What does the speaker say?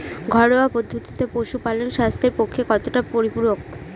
ঘরোয়া পদ্ধতিতে পশুপালন স্বাস্থ্যের পক্ষে কতটা পরিপূরক?